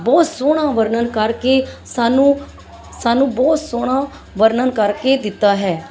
ਬਹੁਤ ਸੋਹਣਾ ਵਰਨਣ ਕਰਕੇ ਸਾਨੂੰ ਸਾਨੂੰ ਬਹੁਤ ਸੋਹਣਾ ਵਰਨਣ ਕਰਕੇ ਦਿੱਤਾ ਹੈ